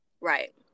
right